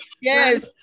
Yes